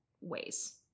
ways